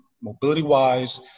mobility-wise